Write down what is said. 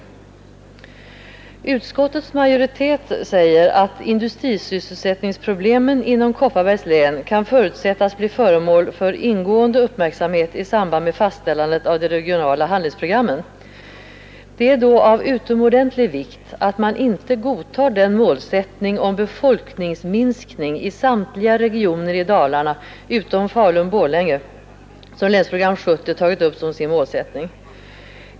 Utskottets majoritet säger att industrisysselsättningsproblemen inom 53 Kopparbergs län kan förutsättas bli föremål för ingående uppmärksamhet i samband med fastställandet av de regionala handlingsprogrammen. Det är då av utomordentlig vikt att man inte godtar den målsättning om befolkningsminskning i samtliga regioner i Dalarna utom Falun-Borlänge som Länsprogram 70 tagit upp som sin målsättning.